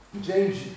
James